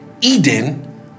Eden